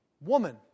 woman